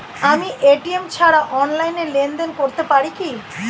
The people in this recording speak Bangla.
আমি এ.টি.এম ছাড়া অনলাইনে লেনদেন করতে পারি কি?